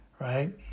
right